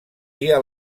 dia